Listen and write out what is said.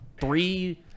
three